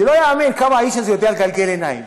זה לא ייאמן כמה האיש הזה יודע לגלגל עיניים,